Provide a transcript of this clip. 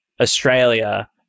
Australia